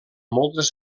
moltes